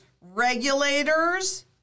regulators